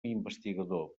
investigador